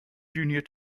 junior